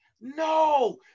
No